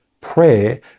prayer